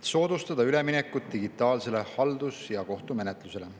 et soodustada üleminekut digitaalsele haldus- ja kohtumenetlusele.